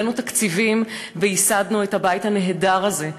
הבאנו תקציבים וייסדנו את הבית הנהדר הזה,